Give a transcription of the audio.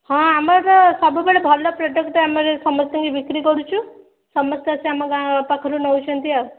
ହଁ ଆମର ସବୁବେଳେ ଭଲ ପ୍ରଡ଼କ୍ଟ ଆମର ସମସ୍ତଙ୍କୁ ବିକ୍ରି କରୁଛୁ ସମସ୍ତେ ଆସି ଆମ ଗାଁ ପାଖରୁ ନେଉଛନ୍ତି ଆଉ